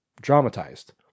dramatized